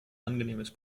angenehmes